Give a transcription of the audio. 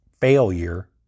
failure